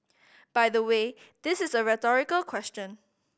by the way this is a rhetorical question